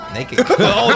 Naked